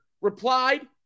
replied